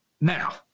Now